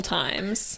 times